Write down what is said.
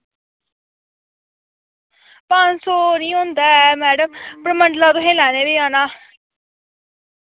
पंज सौ निं होंदा ऐ मैडम परमंडला तुसेंगी लैने बी औना